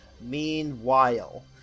Meanwhile